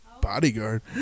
bodyguard